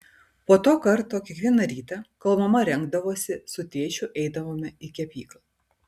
po to karto kiekvieną rytą kol mama rengdavosi su tėčiu eidavome į kepyklą